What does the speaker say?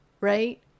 right